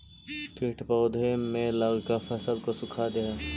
कीट पौधे में लगकर फसल को सुखा दे हई